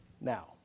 now